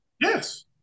Yes